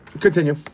continue